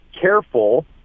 careful